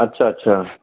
अछा अछा